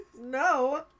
No